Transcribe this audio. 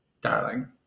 darling